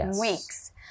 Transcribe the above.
weeks